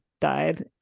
died